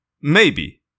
Maybe